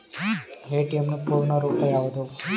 ATM ನ ಪೂರ್ಣ ರೂಪ ಯಾವುದು?